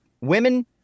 Women